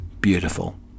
beautiful